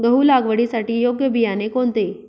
गहू लागवडीसाठी योग्य बियाणे कोणते?